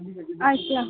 अच्छा